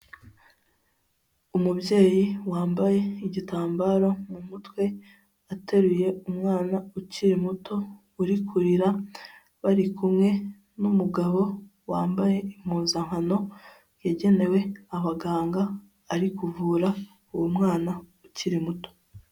Umubyeyi wambaye igitambaro mu mutwe ateruye umwana ukiri muto uri kurira, bari kumwe n'umugabo wambaye impuzankano yagenewe abaganga, ari kuvura uwo mwana ukiri muto.